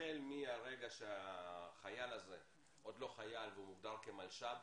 החל מהרגע שהחייל הזה עוד לא חייל ומוגדר כמלש"ב,